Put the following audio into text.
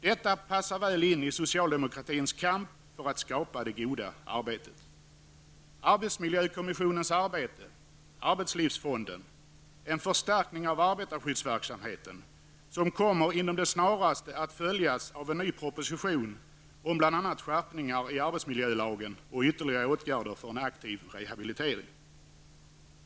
Detta passar väl in i socialdemokratins kamp för att skapa det goda arbetet. Arbetsmiljökommissionens arbete, arbetslivsfonden och en förstärkning av arbetarskyddsverksamheten kommer inom det snaraste att följas av en ny proposition om skärpningar i arbetsmiljölagen och ytterligare åtgärder för en aktiv rehabilitering.